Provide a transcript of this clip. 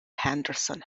henderson